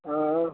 हाँ